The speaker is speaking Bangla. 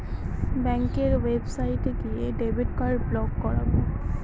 ব্যাঙ্কের ওয়েবসাইটে গিয়ে ডেবিট কার্ড ব্লক করাবো